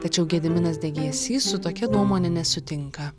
tačiau gediminas degėsys su tokia nuomone nesutinka